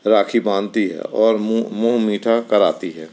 राखी बाँधती है और मुँह मुँह मीठा कराती है